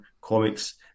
comics